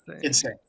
insane